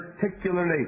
particularly